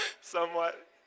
somewhat